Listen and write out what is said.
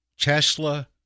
Tesla